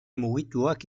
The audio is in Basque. mugituak